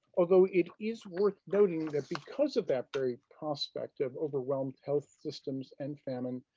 although it is worth noting that because of that very prospect of overwhelmed health systems and famine,